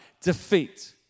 defeat